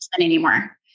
anymore